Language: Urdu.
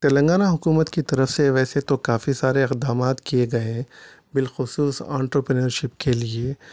تلنگانہ حکومت کی طرف سے ویسے تو کافی سارے اقدامات کیے گئے ہیں بالخصوص آنٹوپینرشپ کے لیے